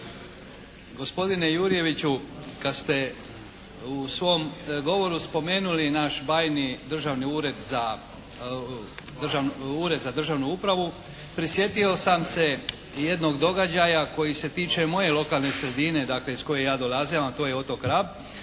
Gospodine Jurjeviću kad ste u svom govoru spomenuli naš bajni Državni ured za, Ured za državnu upravu prisjetio sam se jednog događaja koji se tiče moje lokalne sredine dakle iz koje ja dolazim a to je otok Rab.